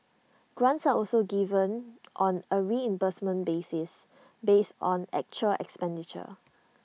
grants are also given on A reimbursement basis based on actual expenditure